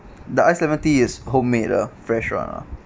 the ice lemon tea is home-made ah fresh ah